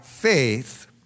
faith